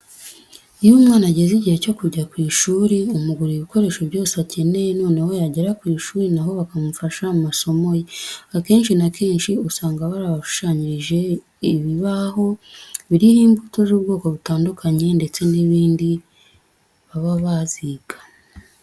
Iyo umwana ageze igihe cyo kujya ku ishuri umugurira ibikoresho byose akeneye, noneho yagera ku ishuri na ho bakamufasha mu masomo ye. Akenshi na kenshi usanga barabashushanyirije ibibaho biriho imbuto z'ubwoko butandukanye ndetse n'ibindi baba baziga.